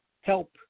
help